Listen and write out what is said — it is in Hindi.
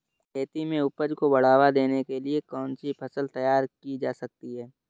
खेती में उपज को बढ़ावा देने के लिए कौन सी फसल तैयार की जा सकती है?